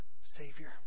Savior